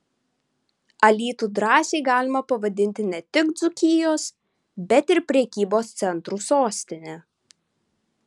alytų drąsiai galima pavadinti ne tik dzūkijos bet ir prekybos centrų sostine